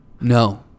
No